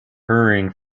hurrying